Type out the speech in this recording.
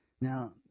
Now